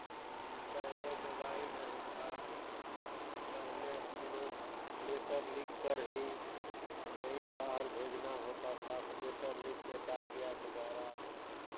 पहले मोबाइल नहीं था पहले हम लोग लेटर लिख कर ही कहीं बाहर भेजना होता था तो लेटर लिख के डाकिया के द्वारा